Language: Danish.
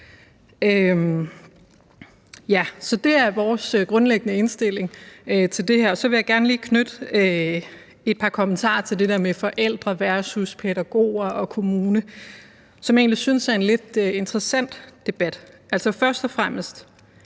Så det er vores grundlæggende indstilling til det her. Så vil jeg gerne lige knytte et par kommentarer til det der med forældre versus pædagoger og kommune, som jeg egentlig synes er en lidt interessant debat. Altså, først og fremmest